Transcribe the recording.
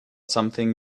something